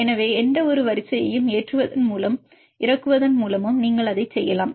எனவே எந்தவொரு வரிசையையும் ஏறுவதன் மூலமும் இறங்குவதன் மூலமும் நீங்கள் அதைச் செய்யலாம்